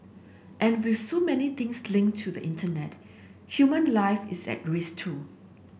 and with so many things linked to the Internet human life is at risk too